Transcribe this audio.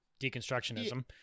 deconstructionism